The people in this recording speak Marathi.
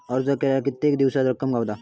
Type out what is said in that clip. अर्ज केल्यार कीतके दिवसात रक्कम गावता?